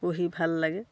পঢ়ি ভাল লাগে